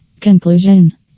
Conclusion